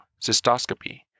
cystoscopy